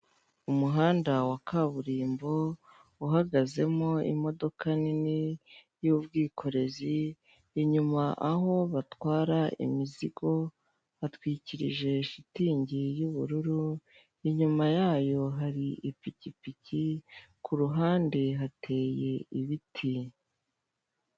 Umuhanda wa kaburimbo uhagazemo imodoka nini y'ubwikorezi inyuma aho batwara imizigo batwikirije shitingi y'ubururu, inyuma yayo hari ipikipiki kuruhande hateye ibiti.